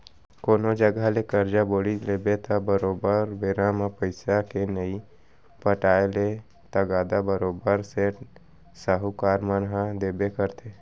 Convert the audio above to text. कोनो जघा ले करजा बोड़ी लेबे त बरोबर बेरा म पइसा के नइ पटाय ले तगादा बरोबर सेठ, साहूकार मन ह देबे करथे